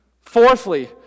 Fourthly